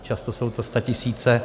Často jsou to statisíce.